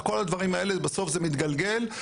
כל הדברים האלה בסוף זה מתגלגל,